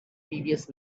previous